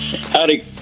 Howdy